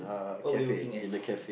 what were you working as